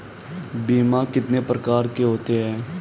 बीमा कितने प्रकार के होते हैं?